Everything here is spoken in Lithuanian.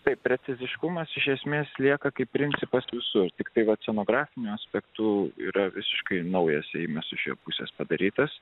taip preciziškumas iš esmės lieka kaip principas visų tiktai vat demografinių aspektų yra visiškai naują seime sučiupusios padarytas